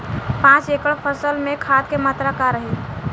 पाँच एकड़ फसल में खाद के मात्रा का रही?